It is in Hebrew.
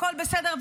הכול בסדר,